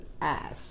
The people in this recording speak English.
ass